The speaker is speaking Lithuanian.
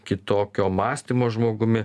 kitokio mąstymo žmogumi